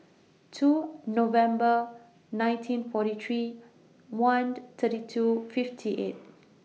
two November nineteen forty three one thirty two fifty eight